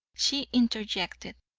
she interjected,